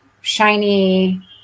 shiny